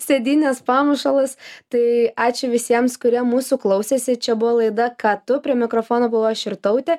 sėdynės pamušalas tai ačiū visiems kurie mūsų klausėsi čia buvo laida ką tu prie mikrofono buvau aš irtautė